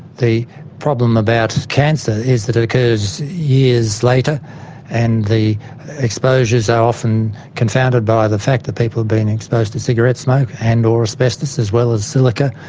the problem about cancer is that it occurs years later and the exposures are often confounded by the fact that people have been exposed to cigarette smoke and or asbestos, as well as silica.